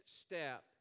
step